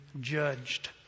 judged